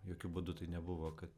jokiu būdu tai nebuvo kad